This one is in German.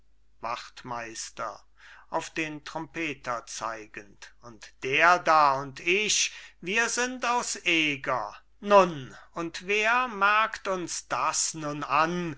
wachtmeister auf den trompeter zeigend und der da und ich wir sind aus eger nun und wer merkt uns das nun an